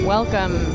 Welcome